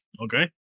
Okay